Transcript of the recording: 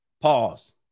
pause